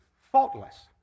faultless